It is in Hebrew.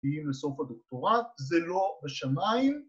‫מגיעים לסוף הדוקטורט, זה לא בשמיים.